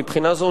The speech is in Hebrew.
מבחינה זו,